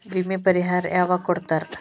ವಿಮೆ ಪರಿಹಾರ ಯಾವಾಗ್ ಕೊಡ್ತಾರ?